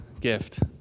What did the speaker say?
gift